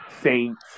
Saints